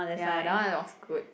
ya that one was good